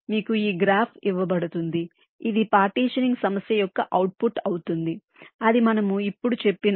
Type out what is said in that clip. మీకు ఈ గ్రాఫ్ ఇవ్వబడుతుంది ఇది పార్టీషనింగ్ సమస్య యొక్క అవుట్పుట్ అవుతుంది అది మనము ఇప్పుడు చెప్పినది